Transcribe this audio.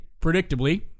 predictably